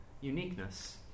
uniqueness